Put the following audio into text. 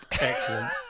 Excellent